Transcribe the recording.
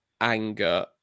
anger